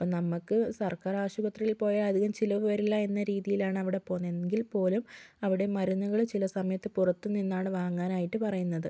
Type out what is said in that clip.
നമുക്ക് സർക്കാർ ആശുപത്രിയിൽ പോയാൽ അധികം ചിലവ് വരില്ല എന്ന രീതിയിൽ ആണ് അവിടെ പോകുന്നത് എങ്കിൽ പോലും അവിടെ മരുന്നുകൾ ചില സമയത്ത് പുറത്ത് നിന്നാണ് വാങ്ങാൻ ആയിട്ട് പറയുന്നത്